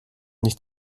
nicht